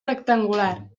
rectangular